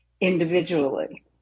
individually